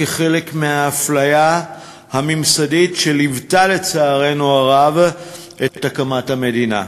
כחלק מהאפליה הממסדית שליוותה לצערנו הרב את הקמת המדינה,